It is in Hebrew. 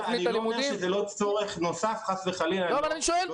-- -אני לא אומר שזה לא צורך נוסף חס וחלילה --- אבל אני שואל,